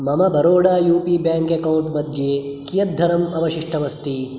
मम Baroda U P bank account मध्ये कियत् धनम् अवशिष्टम् अस्ति